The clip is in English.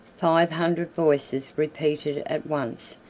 five hundred voices repeated at once,